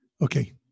Okay